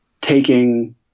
taking